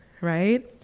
Right